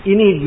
Ini